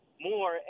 more